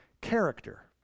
character